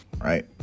Right